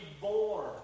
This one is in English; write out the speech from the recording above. born